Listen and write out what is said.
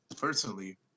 Personally